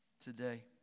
today